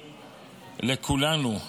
לכולנו,